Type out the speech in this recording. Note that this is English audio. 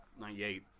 98